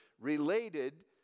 related